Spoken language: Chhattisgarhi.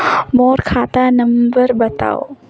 मोर खाता नम्बर बताव?